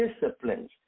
disciplines